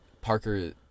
Parker